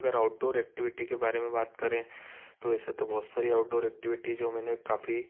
अगर outdoor activity के बारे में बात करें तो वैसे तो बहुत सारी ऑउटडोर एक्टिविटी जो मैंने काफ़ी